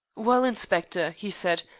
well, inspector, he said,